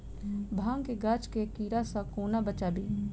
भांग केँ गाछ केँ कीड़ा सऽ कोना बचाबी?